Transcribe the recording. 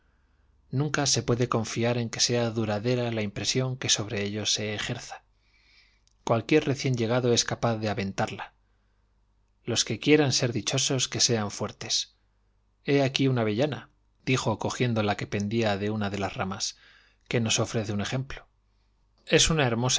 nunca se puede confiar en que sea duradera la impresión que sobre ellos se ejerza cualquier recién llegado es capaz de aventarla los que quieran ser dichosos que sean fuertes he aquí una avellanadijo cogiendo la que pendía de una de las ramas que nos ofrece un ejemplo es una